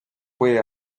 puede